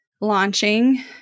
launching